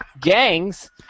gangs